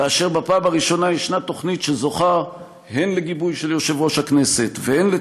כאשר בפעם הראשונה ישנה תוכנית שזוכה הן לגיבוי של יושב-ראש הכנסת